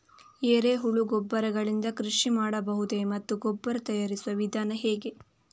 ಎರೆಹುಳು ಗೊಬ್ಬರ ಗಳಿಂದ ಕೃಷಿ ಮಾಡಬಹುದೇ ಮತ್ತು ಗೊಬ್ಬರ ತಯಾರಿಸುವ ವಿಧಾನ ಹೇಗೆ?